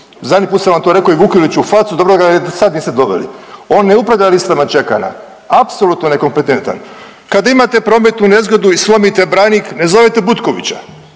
zadnji put sam vam to rekao i Vukeliću u facu, dobro ga niti sad niste doveli, on ne upravlja listama čekanja, apsolutno nekompetentan. Kad imate prometnu nezgodu i slomite branik ne zovete Butkovića,